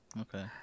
Okay